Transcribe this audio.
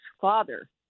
father